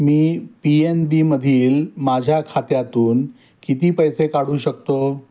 मी P N बीमधील माझ्या खात्यातून किती पैसे काढू शकतो